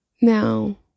Now